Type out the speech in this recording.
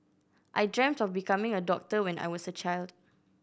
I dreamt of becoming a doctor when I was a child